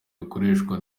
bikoreshwa